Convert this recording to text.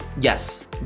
Yes